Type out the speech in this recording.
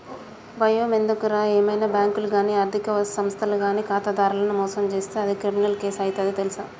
బయమెందుకురా ఏవైనా బాంకులు గానీ ఆర్థిక సంస్థలు గానీ ఖాతాదారులను మోసం జేస్తే అది క్రిమినల్ కేసు అయితది తెల్సా